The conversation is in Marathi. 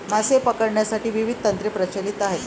मासे पकडण्यासाठी विविध तंत्रे प्रचलित आहेत